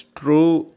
true